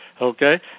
okay